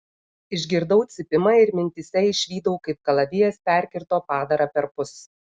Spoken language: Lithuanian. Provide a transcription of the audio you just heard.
išgirdau cypimą ir mintyse išvydau kaip kalavijas perkirto padarą perpus